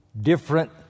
different